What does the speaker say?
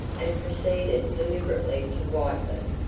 and proceeded deliberately to wipe them,